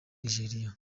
nigeria